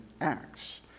Acts